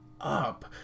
up